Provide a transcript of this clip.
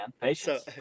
patience